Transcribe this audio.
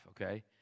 okay